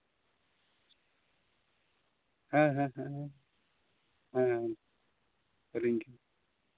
ᱦᱮᱸ ᱦᱮᱸ ᱦᱮᱸ ᱦᱮᱸ ᱥᱟᱹᱨᱤ ᱜᱮ